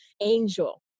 angel